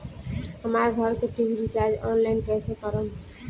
हमार घर के टी.वी रीचार्ज ऑनलाइन कैसे करेम?